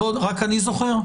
רק אני זוכר?